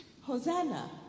Hosanna